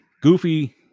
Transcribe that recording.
goofy